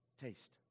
taste